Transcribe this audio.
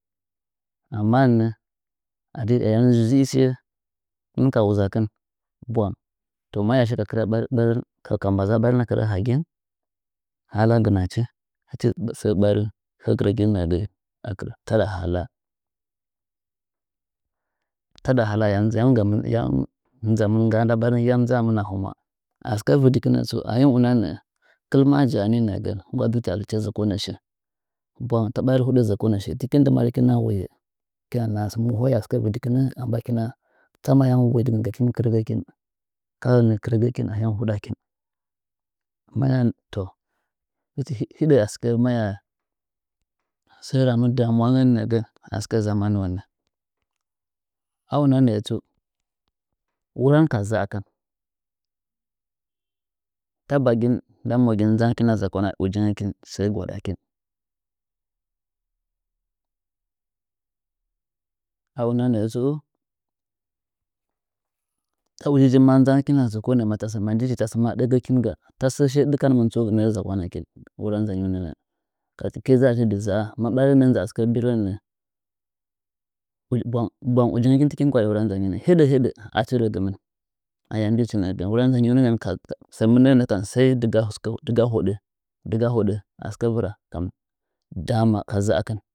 Amma nɚ ayam adi ayam zɨl shiye hɨmɨn ka wuzakɨn bwang to maya shiye ka kɨrya ɓari ka mbaza barin akɨrɚ hagɨh hala gɨnachi hachi sɚ ɓarin taɗa haka ayam nzan gamɨh yam nzangamɨn yam nzan gamɨh yam nzamɨh ngga nda ɓarin yam dzamɨn a hɨmwa a sɨkɚ vɨɗɨkɨn nɚtsu ahim una nɚɚ kɨl ma jaani nɚgɚn ngwa dzɨchi a dzɨ a zɚkonɚ shi tɨkin dɨmadɨ hɨkina woye hɨkina naha mɨ hwaya asɨkɚ vɨdikɨnɚ a mbakɨna tsama ayam boidɨngakin kɨrɚgɚkɨn ka hɚnɚ kɨrɚgɚkɨn ayam huɗakɨh mayato hichi hidɚ hiɨɚ a sɨkɚ mayasɚ ramin damuwangɚn nɚgɚn a sɨkɚ zamanuwonɚ auna nɚɚ tsu wuran ka zaakɨn ta bagin nda magɨn nzan kina zakwana wingɚkin sɚ gwaɗakin a una nɚɚ tsuu ta ujijin ma nzan kɨna zɚkonɚ manjichi tasɚ ma ɨɚkɚgih gatasɚ shiye dɨkanmɨn tsu nɚɚ zakwanakin wura nzanyiu nɚngɚn ka aki ɗzachidɨ za’a ma barih nɚɚ nza a sɨkɚ biren nɚ ɓwang bwang wingɚn tɨkin gwaɗɚ wura nzanyi heɗɚ hɚɗɚ achi rɚgɨmɨn ayam njichi nɚɚgɚn wura nzanyiunɚgɚn sai dɨga hoɗɚ a sɨkɚ vɨn kam dama ka’za akɨn.